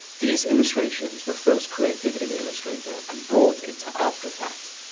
these illustrations were first created in illustrator and brought into after effects.